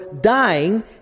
dying